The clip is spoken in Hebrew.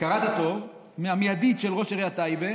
הכרת הטוב המיידית של ראש עיריית טייבה,